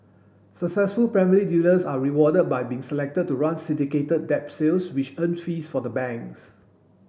successful primary dealers are rewarded by being selected to run syndicated debt sales which earn fees for the banks